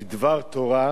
ותועבר לוועדת החינוך,